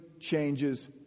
changes